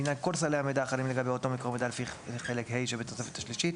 לעניין כל סלי המידע החלים לגבי אותו מקור מידע לפי חלק ה' שבתוספת השלישית